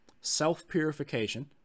self-purification